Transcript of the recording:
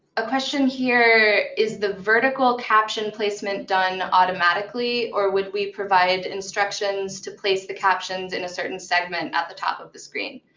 a question here, is the vertical caption placement done automatically, or would we provide instructions to place the captions in a certain segment at the top of the screen?